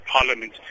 parliament